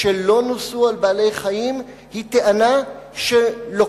שלא נוסו על בעלי-חיים היא טענה שמביאה